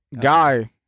guy